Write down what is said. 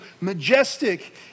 Majestic